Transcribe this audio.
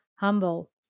Humble